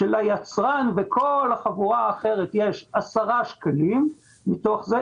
ליצרן ולכל החבורה האחרת יש 10 אחוזים מכל זה,